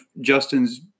Justin's